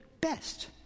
best